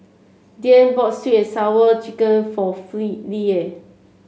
Dane bought sweet and Sour Chicken for free Lela